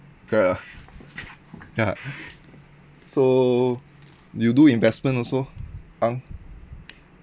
correct hor ya so you do investment also ang